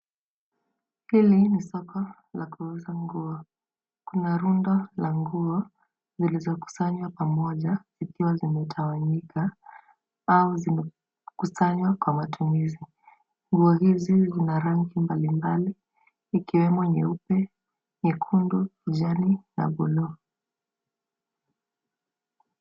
Hili ni soko la kuuza nguo. Kuna rundo la nguo zilizokusanywa pamoja, zikiwa zimetawanyika au zimekusanywa kwa matumizi. Nguo hizi zina rangi mbali mbali, zikiwemo, nyeupe, nyekundu, kijani, na blue .